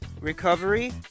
Recovery